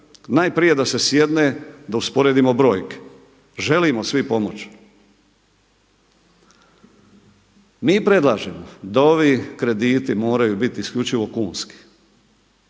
najprije da se sjedne da usporedimo brojke, želimo svi pomoć. Mi predlažemo da ovi krediti moraju biti isključivo kunski,